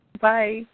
Bye